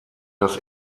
das